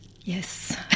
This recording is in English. yes